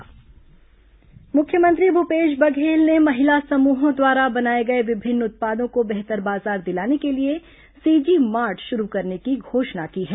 मुख्यमंत्री C G mart मुख्यमंत्री भूपेश बघेल ने महिला समूहों द्वारा बनाए गए विभिन्न उत्पादों को बेहतर बाजार दिलाने के लिए सीजी मार्ट शुरू करने की घोषणा की है